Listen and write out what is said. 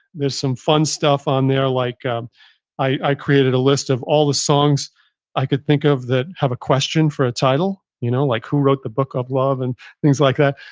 there's some fun stuff on there like um i created a list of all the songs i could think of that have a question for a title you know like who wrote the book of love? and things like that.